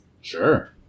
Sure